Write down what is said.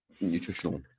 nutritional